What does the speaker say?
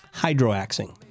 hydroaxing